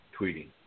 tweeting